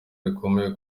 rikomeye